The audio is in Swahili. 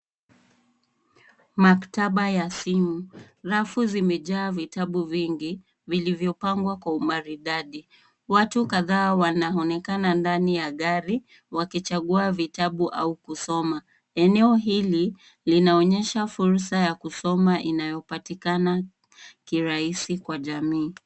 Maktaba ya simu. Rafu zimejaa vitabu vingi vilivyopangwa kwa umaridadi. Watu kadhaa wanaonekana ndani ya gari wakichagua vitabu au kusoma. Eneo hili linaonyesha fursa ya kusoma unaopatikana kirahisi kwa jamii.